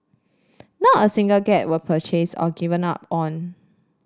not a single cat was purchased or given up on